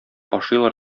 ашыйлар